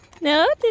No